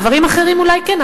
דברים אחרים אולי כן,